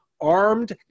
Armed